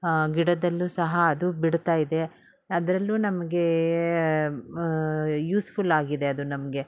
ಗಿಡದಲ್ಲೂ ಸಹ ಅದು ಬಿಡುತ್ತಾಯಿದೆ ಅದರಲ್ಲೂ ನಮಗೆ ಯೂಸ್ಫುಲ್ಲಾಗಿದೆ ಅದು ನಮಗೆ